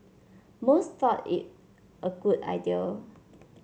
most thought it a good idea